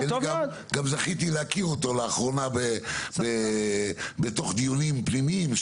גם זכיתי להכיר אותו לאחרונה בתוך דיונים פנימיים,